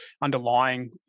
underlying